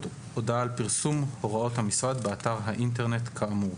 הודעה על פרסום הוראות המשרד באתר האינטרנט כאמור.